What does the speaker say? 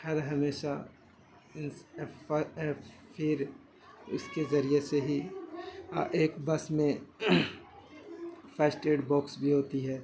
اور ہمیشہ پھر اس کے ذریعے سے ہی ایک بس میں فسٹ یٹ باکس بھی ہوتی ہے